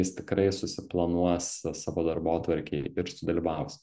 jis tikrai susiplanuos savo darbotvarkėj ir sudalyvaus